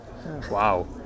Wow